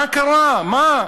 מה קרה, מה?